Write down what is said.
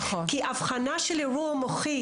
למשל, באבחנה של אירוע מוחי,